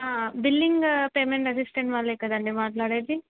billing payment assistant వాళ్ళే కదండీ మాట్లాడేది